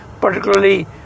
particularly